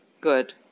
Good